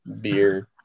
beer